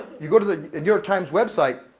you go to the new york times website,